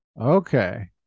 Okay